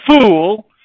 fool